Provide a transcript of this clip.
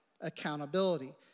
accountability